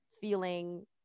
feeling